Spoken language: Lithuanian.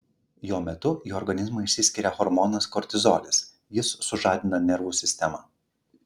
jo metu į organizmą išsiskiria hormonas kortizolis jis sužadina nervų sistemą